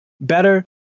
better